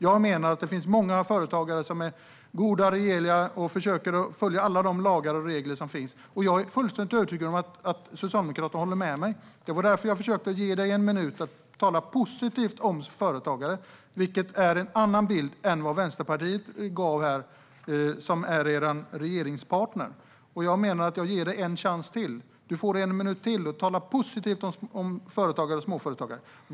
Jag menar att det finns många småföretagare som är goda, rejäla och försöker att följa alla de lagar och regler som finns. Jag är fullständigt övertygad om att Socialdemokraterna håller med mig. Det var därför som jag ville att du under en minut skulle tala positivt om företagare i motsats till den bild som Vänsterpartiet, som stöder regeringen, gav här. Jag ger dig en ytterligare chans. Jag ger dig en minut till för att tala positivt om företagare och småföretagare.